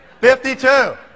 52